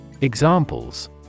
Examples